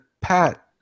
pat